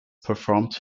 performed